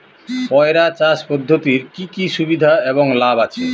পয়রা চাষ পদ্ধতির কি কি সুবিধা এবং লাভ আছে?